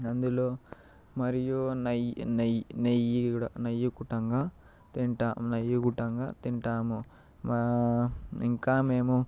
అందులో మరియు నెయ్యి నెయ్యి నెయ్యి నెయ్యి కూడంగా తింటాం నెయ్యి కూడంగా తింటాము ఇంకా మేము